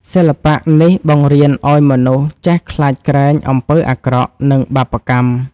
សិល្បៈនេះបង្រៀនឱ្យមនុស្សចេះខ្លាចក្រែងអំពើអាក្រក់ និងបាបកម្ម។